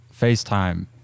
FaceTime